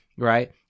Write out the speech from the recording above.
Right